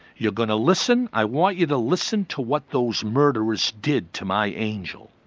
you're going to listen, i want you to listen to what those murderers did to my angel.